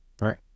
Right